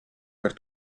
per